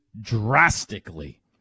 drastically